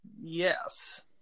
Yes